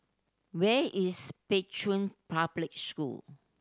where is Pei Chun Public School